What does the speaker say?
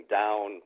down